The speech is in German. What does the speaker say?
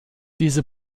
diese